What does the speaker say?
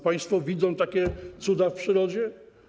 Państwo widzą takie cuda w przyrodzie?